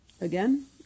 Again